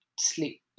sleep